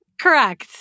Correct